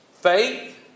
faith